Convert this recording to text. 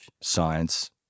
science